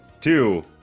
Two